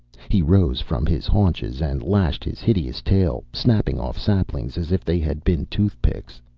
he rose from his haunches and lashed his hideous tail, snapping off saplings as if they had been toothpicks.